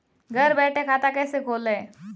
घर बैठे खाता कैसे खोलें?